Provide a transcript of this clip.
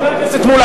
חבר הכנסת חסון,